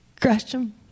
Gresham